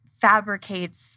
fabricates